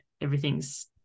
everything's